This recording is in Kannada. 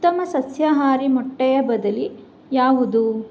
ಉತ್ತಮ ಸಸ್ಯಾಹಾರಿ ಮೊಟ್ಟೆಯ ಬದಲಿ ಯಾವುದು